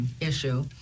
issue